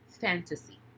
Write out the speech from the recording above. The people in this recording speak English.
fantasy